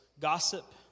Gossip